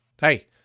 hey